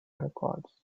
records